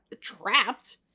trapped